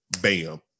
bam